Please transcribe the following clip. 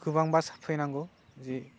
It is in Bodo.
गोबां बास फैनांगौ जि